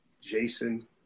Jason